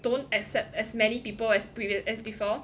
don't accept as many people as previous~ as before